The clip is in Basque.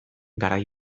garai